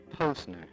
Posner